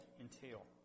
entail